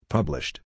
Published